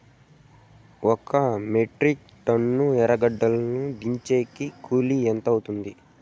ఒక metric ton ఎర్రగడ్డలు దించేకి కూలి ఎంత అవుతుంది?